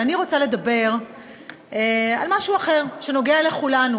אבל אני רוצה לדבר על משהו אחר שנוגע לכולנו.